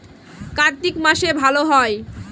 কার্তিক মাসে ভালো হয়?